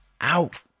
out